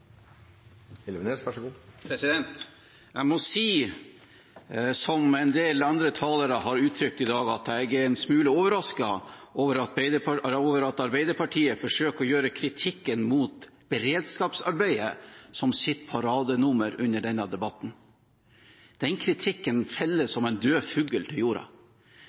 Jeg må si, som en del andre talere har uttrykt i dag, at jeg er en smule overrasket over at Arbeiderpartiet forsøker å gjøre kritikken mot beredskapsarbeidet til sitt paradenummer under denne debatten. Den kritikken faller som en død fugl til jorda.